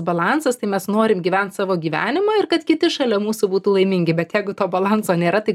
balansas tai mes norim gyvent savo gyvenimą ir kad kiti šalia mūsų būtų laimingi bet jeigu to balanso nėra tai